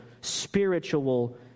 spiritual